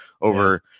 over